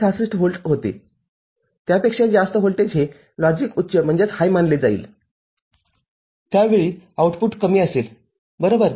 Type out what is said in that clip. ६६ volt होतेत्यापेक्षा जास्त voltage हे लॉजिक उच्च मानले जाईलत्यावेळी आउटपुट कमी असेल बरोबर